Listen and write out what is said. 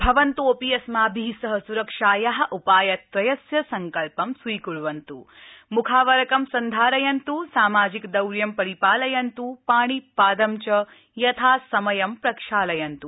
भवन्त अपि अस्माभि सह सुरक्षाया उपाय त्रयस्य सङ्कल्प स्वीक्वन्त् मुख आवरकं सन्धारयन्त् सामाजिक दूरतां पालयन्तु पाणि पादं च यथा समयं प्रक्षालयन्तु